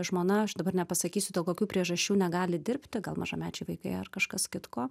žmona aš dabar nepasakysiu dėl kokių priežasčių negali dirbti gal mažamečiai vaikai ar kažkas kitko